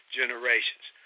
generations